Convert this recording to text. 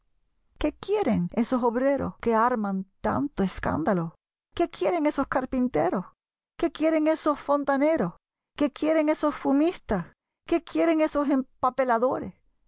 qué quieren esos obreros que arman tanto escándalo qué quieren esos carpinteros qué quieren esos fontaneros qué quieren esos fumistas qué quieren esos empapeladores